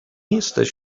jesteś